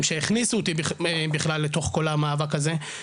שהכניסו אותי בכלל לתוך כל המאבק הזה,